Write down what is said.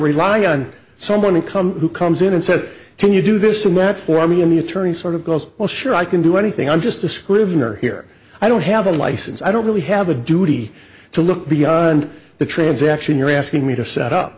rely on someone to come who comes in and says can you do this and let for me and the attorney sort of goes well sure i can do anything i'm just a scrivener here i don't have a license i don't really have a duty to look beyond the transaction you're asking me to set up